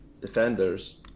defenders